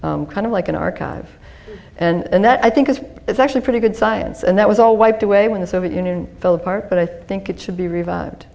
it's kind of like an archive and that i think it's actually pretty good science and that was all wiped away when the soviet union fell apart but i think it should be revived